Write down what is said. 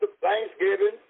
Thanksgiving